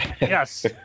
Yes